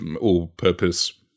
all-purpose